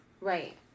Right